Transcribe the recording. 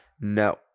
No